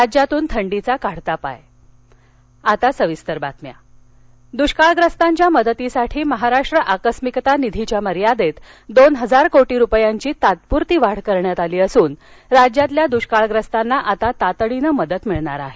राज्यातून थंडीचा काढता पाय मंत्रिमंडळ निर्णय दुष्काळग्रस्तांच्या मदतीसाठी महाराष्ट्र आकस्मिकता निधीच्या मर्यादेत दोन हजार कोटी रुपयांची तात्पूरती वाढ करण्यात आली असून राज्यातल्या दृष्काळग्रस्तांना आता तातडीनं मदत मिळणार आहे